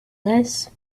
less